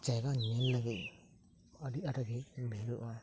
ᱡᱟᱭᱜᱟ ᱧᱮᱞ ᱞᱟᱹᱜᱤᱫ ᱟᱹᱰᱤ ᱟᱴ ᱜᱮ ᱵᱷᱤᱲᱚᱜᱼᱟ